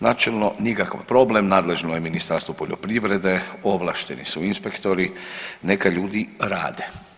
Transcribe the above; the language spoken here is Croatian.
Načelno nikakav problem, nadležno je Ministarstvo poljoprivrede, ovlašteni su inspektori, neka ljudi rade.